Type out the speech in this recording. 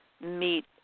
meet